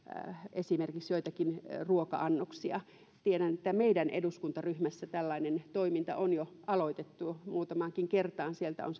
esimerkiksi joitakin ruoka annoksia tiedän että meidän eduskuntaryhmässämme tällainen toiminta on jo aloitettu muutamaankin kertaan sieltä on